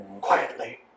Quietly